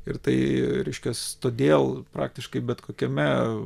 ir tai reiškias todėl praktiškai bet kokiame